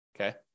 Okay